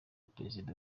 perezida